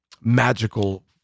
magical